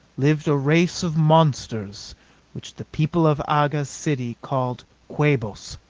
lived a race of monsters which the people of aga's city called quabos.